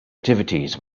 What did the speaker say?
activities